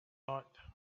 thought